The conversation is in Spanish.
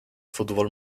fútbol